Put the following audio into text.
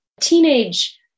teenage